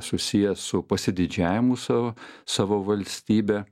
susiję su pasididžiavimu savo savo valstybe